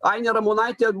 ainė ramonaitė